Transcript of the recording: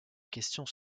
questions